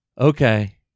Okay